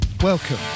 Welcome